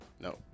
No